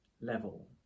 level